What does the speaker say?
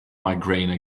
migraine